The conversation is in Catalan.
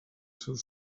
seus